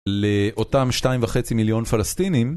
לאותם שתיים וחצי מיליון פלסטינים.